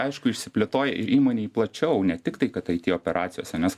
aišku išsiplėtoja ir įmonėj plačiau ne tik tai kad it operacijose nes